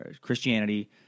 Christianity